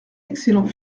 excellent